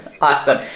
Awesome